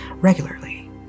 regularly